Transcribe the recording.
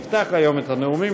תפתח היום את הנאומים,